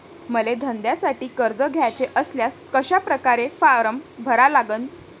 मले धंद्यासाठी कर्ज घ्याचे असल्यास कशा परकारे फारम भरा लागन?